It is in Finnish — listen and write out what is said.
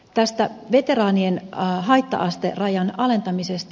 tästä veteraanien haitta asterajan alentamisesta